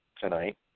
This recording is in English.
tonight